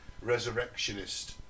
Resurrectionist